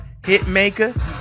Hitmaker